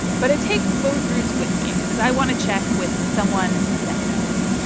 but i take both roots with me because i want to check with someone that knows.